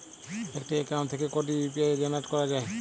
একটি অ্যাকাউন্ট থেকে কটি ইউ.পি.আই জেনারেট করা যায়?